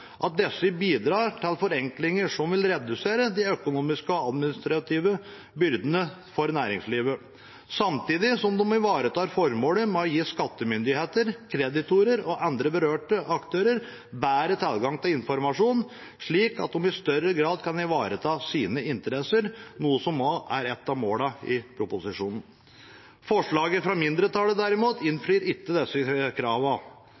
at disse bidrar til forenklinger som vil redusere de økonomiske og administrative byrdene for næringslivet, samtidig som de ivaretar formålet med å gi skattemyndigheter, kreditorer og andre berørte aktører bedre tilgang til informasjon, slik at de i større grad kan ivareta sine interesser, noe som også er et av målene i proposisjonen. Forslaget fra mindretallet, derimot,